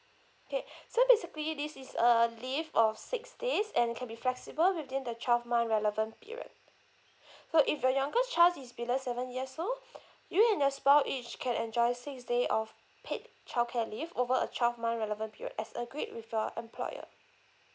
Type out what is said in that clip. okay so basically this is a leave of six days and can be flexible within the twelve month relevant period so if your youngest child is below seven years old you and your spou~ each can enjoy six day of paid childcare leave over a twelve month relevant period as agreed with your employer